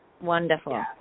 Wonderful